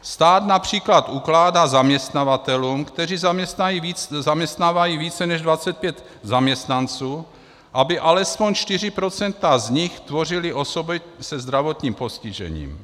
Stát například ukládá zaměstnavatelům, kteří zaměstnávají více než 25 zaměstnanců, aby alespoň čtyři procenta z nich tvořily osoby se zdravotním postižením.